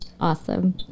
Awesome